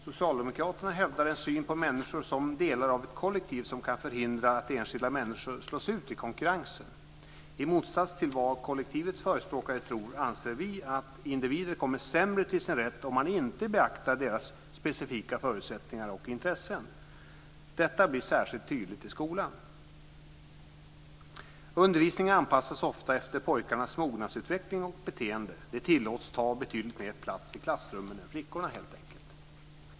Socialdemokraterna hävdar en syn på människor som delar av ett kollektiv som kan förhindra att enskilda människor slås ut i konkurrensen. I motsats till vad kollektivets förespråkare tror anser vi att individer kommer sämre till sin rätt om man inte beaktar deras specifika förutsättningar och intressen. Detta blir särskilt tydligt i skolan. Undervisningen anpassas ofta efter pojkarnas mognadsutveckling och beteende. De tillåts helt enkelt ta betydligt mer plats i klassrummet än flickorna.